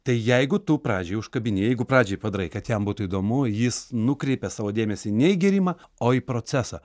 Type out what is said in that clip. tai jeigu tu pradžiai užkabini jeigu pradžiai padarai kad jam būtų įdomu jis nukreipia savo dėmesį ne į gėrimą o į procesą